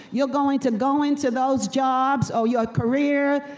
you're going to go into those jobs, or your career,